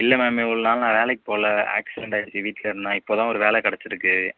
இல்லை மேம் இவ்ளவு நாள் நான் வேலைக்கு போகலை ஆக்சிடென்ட் ஆயிடுச்சு வீட்டில் இருந்தேன் இப்போ தான் ஒரு வேலை கிடச்சிருக்கு